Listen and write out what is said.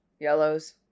yellows